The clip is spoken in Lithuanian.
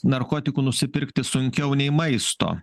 narkotikų nusipirkti sunkiau nei maisto